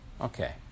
Okay